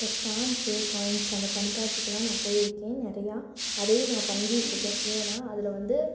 இந்த stamp coins அந்தக் கண்காட்சிக்கெலாம் நான் போயிருக்கேன் நிறையா அதே நான் பங்கேற்றுருக்கேன் ஏன்னால் அதில் வந்து